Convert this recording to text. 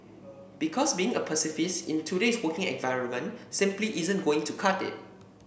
because being a pacifist in today's working environment simply isn't going to cut it